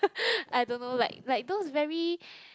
I don't know like like those very